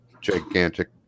gigantic